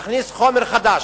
להכניס חומר חדש,